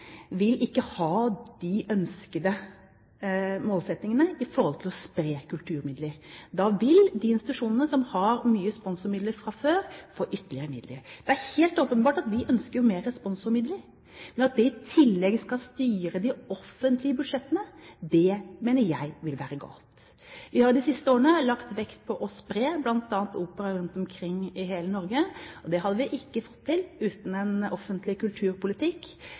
vil man altså ikke nå de ønskede målsettingene når det gjelder å spre kulturmidler. Da vil de institusjonene som har mye sponsormidler fra før, få ytterligere midler. Det er helt åpenbart at vi ønsker mer sponsormidler, men at det i tillegg skal styre de offentlige budsjettene, mener jeg vil være galt. Vi har de siste årene lagt vekt på å spre bl.a. opera rundt omkring i hele Norge. Det hadde vi ikke fått til uten en offentlig kulturpolitikk,